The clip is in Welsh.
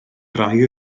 rai